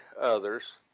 others